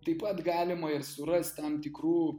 taip pat galima ir surast tam tikrų